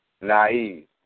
naive